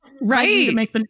Right